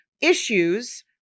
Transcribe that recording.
issues